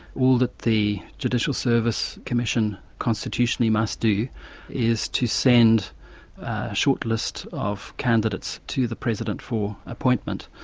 all that the judicial services commission constitutionally must do is to send a shortlist of candidates to the president for appointment,